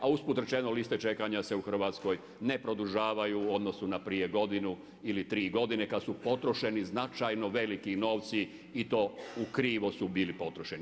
A usput rečeno, liste čekanja se u Hrvatskoj ne produžavaju u odnosu na prije godinu ili tri godine kad su potrošeni značajno veliki novci i to u krivo su bili potrošeni.